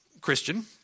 Christian